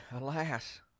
Alas